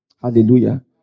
Hallelujah